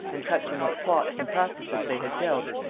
and touching what plots and practises they had dealt.